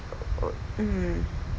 uh uh mm